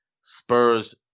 Spurs